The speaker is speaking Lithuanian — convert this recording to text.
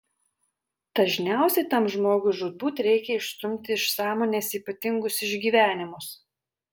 dažniausiai tam žmogui žūtbūt reikia išstumti iš sąmonės ypatingus išgyvenimus